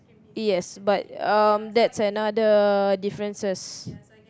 yes but um that's another differences